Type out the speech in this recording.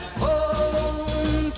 home